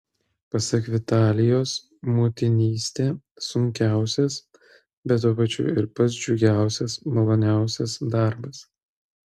pasak vitalijos motinystė sunkiausias bet tuo pačiu ir pats džiugiausias maloniausias darbas